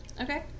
Okay